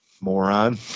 moron